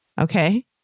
okay